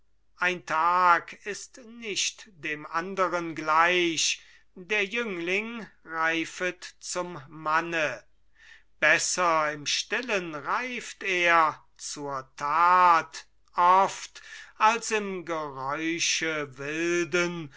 ein tag ist nicht dem anderen gleich der jüngling reifet zum manne besser im stillen reift er zur tat oft als im geräusche wilden